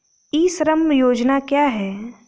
ई श्रम योजना क्या है?